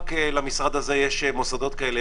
למשרד הזה יש מוסדות כאלה,